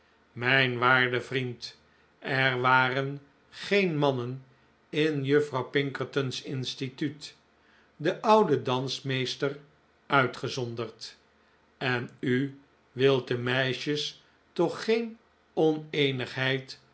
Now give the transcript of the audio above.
mijn waarde vriend er waren geen mannen in juffrouw pinkerton's instituut de oude dansmeester uitgezonderd en u wilt de meisjes toch geen